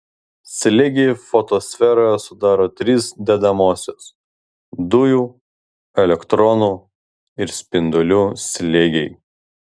slėgį fotosferoje sudaro trys dedamosios dujų elektronų ir spindulių slėgiai